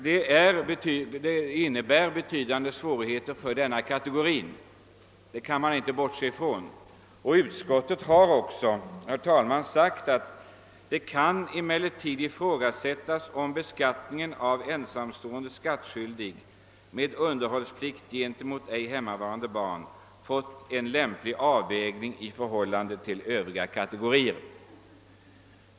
Detta måste innebära betydande svårigheter för de mindre inkomsttagare det här gäller. Utskottet ifrågasätter också om »beskattningen av ensamstående skattskyldig med underhållsplikt gentemot ej hemmavarande barn fått en lämplig avvägning i förhållande till övriga kategorier».